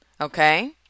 okay